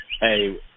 Hey